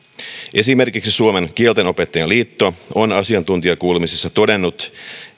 esimerkiksi suomen kieltenopettajien liitto on asiantuntijakuulemisessa todennut